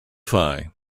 phi